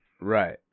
Right